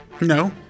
No